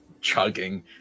chugging